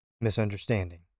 misunderstanding